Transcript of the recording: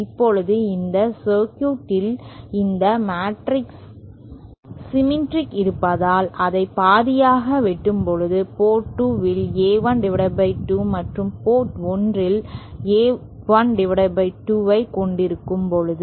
இப்போது இந்த சர்க்யூட் இல் இந்த சிமெட்ரி இருப்பதால் அதை பாதியாக வெட்டும்போது போர்ட் 2 இல் A1 2 மற்றும் போர்ட் 1 இல் A12 ஐ கொண்டிருக்கும்போது